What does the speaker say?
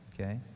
Okay